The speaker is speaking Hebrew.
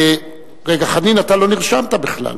חנין, אתה לא נרשמת בכלל.